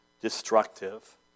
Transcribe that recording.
destructive